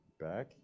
back